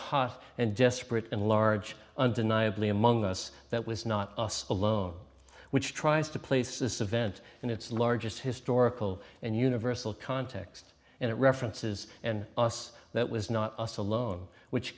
hot and desperate and large undeniably among us that was not us alone which tries to place this event in its largest historical and universal context and it references and us that was not us alone which